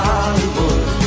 Hollywood